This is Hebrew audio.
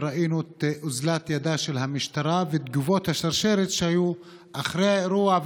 וראינו את אוזלת ידה של המשטרה ואת תגובות השרשרת שהיו אחרי האירוע,